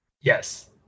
Yes